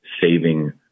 saving